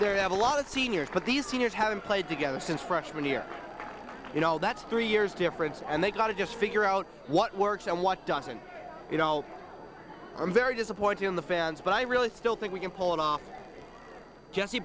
there have a lot of seniors but these seniors haven't played together since freshman year you know that's three years difference and they've got to just figure out what works and what doesn't you know i'm very disappointed in the fans but i really still think we can pull it off jesse